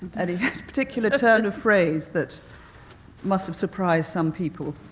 any particular turn of phrase that must have surprised some people?